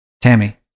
Tammy